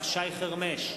שי חרמש,